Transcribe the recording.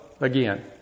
again